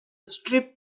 strip